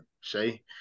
Shay